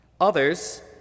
Others